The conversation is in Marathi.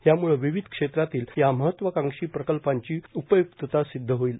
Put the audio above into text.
यामुळं विविध क्षेत्रातील या महत्वाकांक्षी प्रकल्पांची उपय्क्तता सिदध होईल